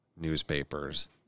Newspapers